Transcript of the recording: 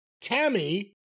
Tammy